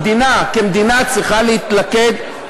המדינה כמדינה צריכה להתלכד,